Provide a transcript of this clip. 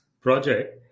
project